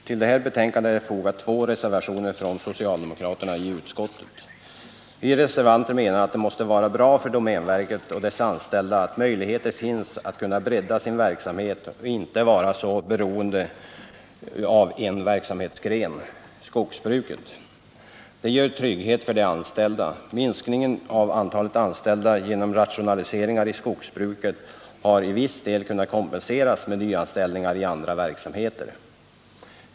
Till detta betänkande är fogade två reservationer från socialdemokraterna i utskottet. Vi reservanter menar, att det måste vara bra för domänverket och dess anställda att man har möjlighet att bredda sin verksamhet och inte vara så beroende av en enda verksamhetsgren — skogsbruket. Det ger trygghet för de anställda. Minskningen av antalet anställda genom rationaliseringar i skogsbruket har till viss del kunnat kompenseras med nyanställningar i andra verksamheter.